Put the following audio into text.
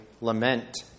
lament